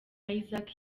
isaac